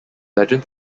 legend